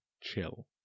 chill